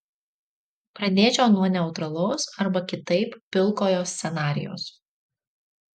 pradėčiau nuo neutralaus arba kitaip pilkojo scenarijaus